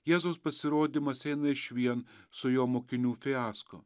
jėzaus pasirodymas eina išvien su jo mokinių fiasko